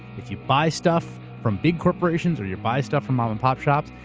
if you buy stuff from big corporations or you buy stuff from mom and pop shops.